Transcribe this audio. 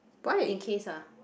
in case ah